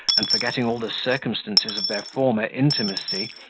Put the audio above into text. and forgetting all the circumstances of their former intimacy,